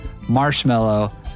marshmallow